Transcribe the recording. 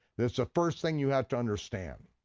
that's the first thing you have to understand,